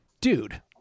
dude